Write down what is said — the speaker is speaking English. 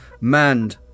manned